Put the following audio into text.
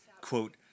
quote